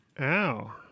Ow